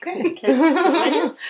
Okay